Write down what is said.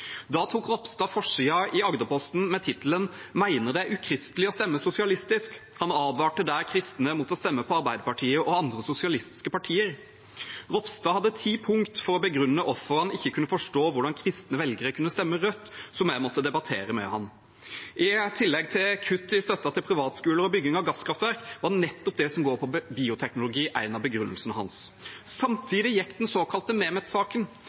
Da tok Ropstad forsiden i Agderposten med ordene «mener det er ukristelig å stemme sosialistisk». Han advarte der kristne mot å stemme på Arbeiderpartiet og andre sosialistiske partier. Ropstad hadde ti punkt for å begrunne hvorfor han ikke kunne forstå hvordan kristne velgere kunne stemme rødt, som jeg måtte debattere med ham. I tillegg til kutt i støtten til privatskoler og bygging av gasskraftverk var nettopp det som går på bioteknologi en av begrunnelsene hans.